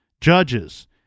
judges